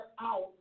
out